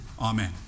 Amen